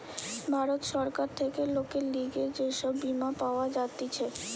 ভারত সরকার থেকে লোকের লিগে যে সব বীমা পাওয়া যাতিছে